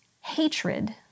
Hatred